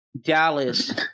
Dallas